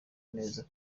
neza